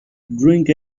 drink